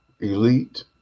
elite